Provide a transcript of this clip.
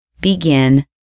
begin